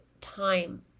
time